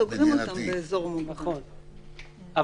נכון,